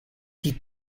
die